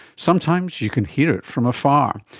sometimes you can hear it from afar.